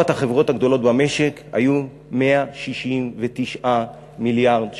החברות הגדולות במשק היו 169 מיליארד שקלים.